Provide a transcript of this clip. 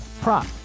prop